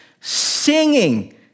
Singing